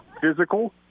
physical